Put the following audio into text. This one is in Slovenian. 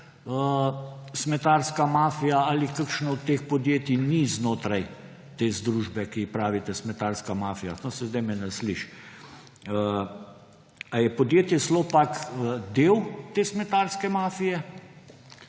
smetarska mafija ali kakšno od teh podjetij ni znotraj te združbe, ki ji pravite smetarska mafija. No, saj zdaj me ne sliši. Ali je podjetje Slopak del te smetarske mafije